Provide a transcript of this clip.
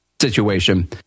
situation